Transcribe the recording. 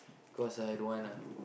cause I don't want lah